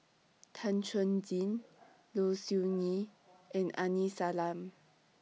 Tan Chuan Jin Low Siew Nghee and Aini Salim